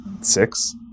six